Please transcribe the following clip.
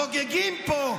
חוגגים פה,